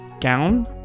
gown